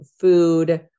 food